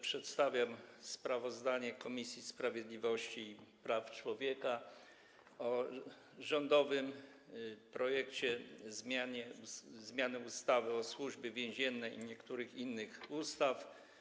Przedstawiam sprawozdanie Komisji Sprawiedliwości i Praw Człowieka o rządowym projekcie zmiany ustawy o Służbie Więziennej i niektórych innych ustaw.